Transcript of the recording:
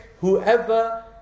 whoever